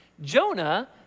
Jonah